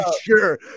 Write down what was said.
sure